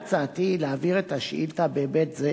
הצעתי היא להעביר את השאילתא בהיבט זה